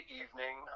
evening